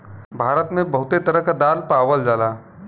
भारत मे बहुते तरह क दाल पावल जाला